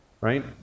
right